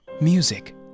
Music